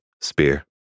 Spear